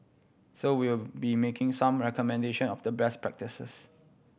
so we will be making some recommendation of the best practises